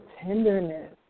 tenderness